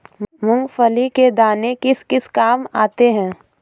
मूंगफली के दाने किस किस काम आते हैं?